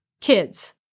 kids